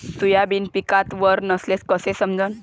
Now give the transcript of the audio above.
Soybean पिकात वल नसल्याचं कस समजन?